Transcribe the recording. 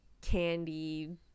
candy